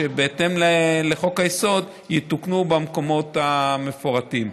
שבהתאם לחוק-היסוד יתוקנו במקומות המפורטים.